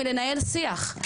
מלנהל שיח,